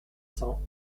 cents